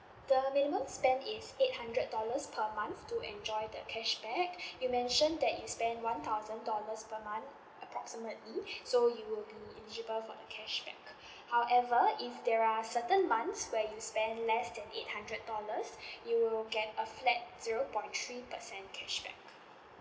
the minimum spend is eight hundred dollars per month to enjoy the cashback you mentioned that you spend one thousand dollars per month approximately so you will be eligible for the cashback however if there are certain months where you spend less than eight hundred dollars you will get a flat zero point three percent cashback